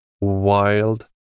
wild